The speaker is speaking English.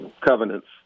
covenants